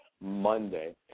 Monday